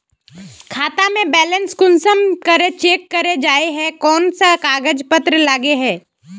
खाता में बैलेंस कुंसम चेक करे जाय है कोन कोन सा कागज पत्र लगे है?